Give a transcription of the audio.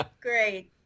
great